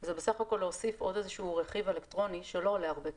זה בסך הכל להוסיף עוד איזה שהוא רכיב אלקטרוני שלא עולה הרבה כסף,